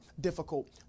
difficult